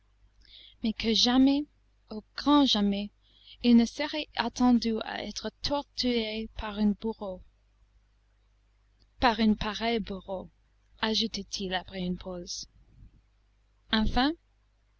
mais que jamais au grand jamais il ne se serait attendu à être torturé par un bourreau par un pareil bourreau ajoutait-il après une pause enfin